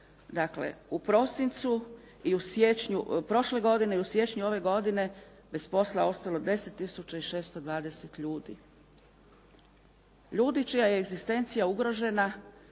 dakle u prosincu prošle godine i u siječnju ove godine bez posla ostalo 10 620 ljudi. Ljudi čija je egzistencija ugrožena